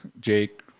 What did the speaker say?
Jake